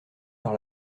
par